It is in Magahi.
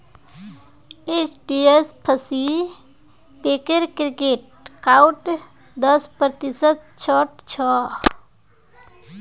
एचडीएफसी बैंकेर क्रेडिट कार्डत दस प्रतिशत छूट छ